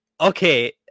Okay